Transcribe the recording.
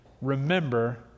remember